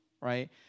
Right